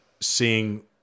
seeing